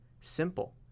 simple